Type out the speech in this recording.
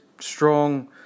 strong